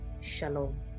shalom